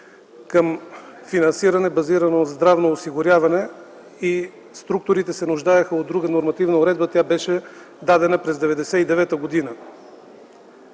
към финансиране, базирано на здравно осигуряване, структурите се нуждаеха от друга нормативна уредба и тя беше дадена през 1999 г.